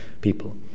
people